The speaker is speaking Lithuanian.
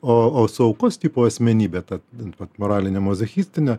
o o su aukos tipo asmenybe ta ten vat moraline mazochistine